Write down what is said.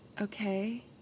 Okay